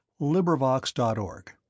LibriVox.org